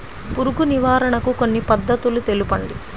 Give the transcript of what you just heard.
పురుగు నివారణకు కొన్ని పద్ధతులు తెలుపండి?